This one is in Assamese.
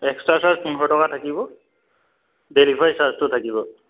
এক্সট্ৰা চাৰ্জ পোন্ধৰ টকা থাকিব ডেলিভাৰী চাৰ্জটো থাকিব